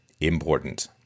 important